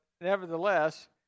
nevertheless